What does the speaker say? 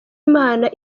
imana